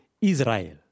Israel